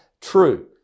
true